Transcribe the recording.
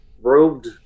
robed